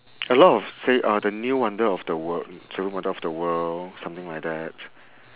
a lot of say uh the new wonder of the world seven wonder of the world something like that